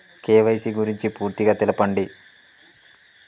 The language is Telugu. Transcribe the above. కే.వై.సీ గురించి పూర్తిగా తెలపండి?